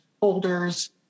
folders